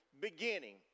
beginning